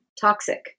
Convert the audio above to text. Toxic